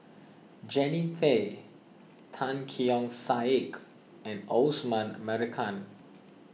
Jannie Tay Tan Keong Saik and Osman Merican